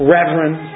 Reverend